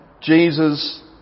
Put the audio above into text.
Jesus